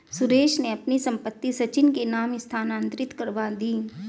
सुरेश ने अपनी संपत्ति सचिन के नाम स्थानांतरित करवा दी